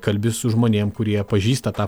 kalbi su žmonėm kurie pažįsta tą